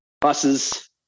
buses